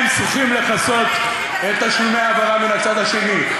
צריכים לכסות את תשלומי ההעברה מן הצד השני.